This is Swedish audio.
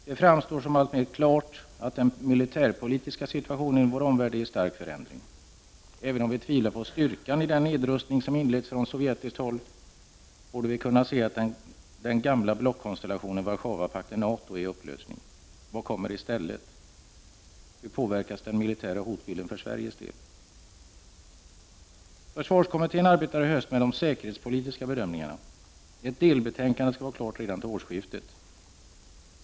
Det framstår som alltmer klart att den militärpolitiska situationen i vår omvärld är i stark förändring. Även om vi tvivlar på styrkan i den nedrustning som har inletts på sovjetiskt håll, borde vi kunna se att den gamla blockkonstellationen Warszawapakten-NATO är i upplösning. Vad kommer i stället? Hur påverkas den militära hotbilden för Sveriges del? Försvarskommittén arbetar i höst med de säkerhetspolitiska bedömningarna. Ett delbetänkande skall vara klart redan till årsskiftet.